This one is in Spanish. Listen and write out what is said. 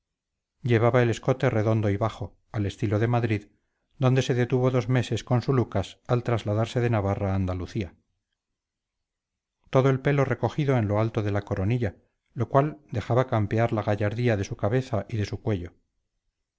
llevaba el escote redondo y bajo al estilo de madrid donde se detuvo dos meses con su lucas al trasladarse de navarra a andalucía todo el pelo recogido en lo alto de la coronilla lo cual dejaba campear la gallardía de su cabeza y de su cuello